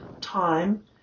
time